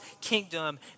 kingdom